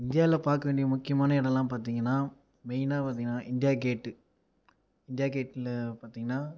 இந்தியாவில் பார்க்க வேண்டிய முக்கியமான இடம்லாம் பார்த்தீங்கன்னா மெயினாக பார்த்தீங்கன்னா இண்டியா கேட்டு இண்டியா கேட்டில் பார்த்தீங்கன்னா